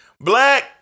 Black